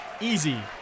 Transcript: Easy